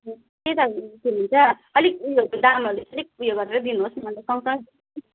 त्यही त के भन्छ अलिक उयो दामहरू चाहिँ अलिक उयो गरेरै दिनुहोस् न